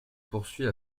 poursuit